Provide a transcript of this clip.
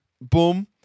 Boom